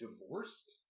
divorced